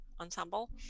ensemble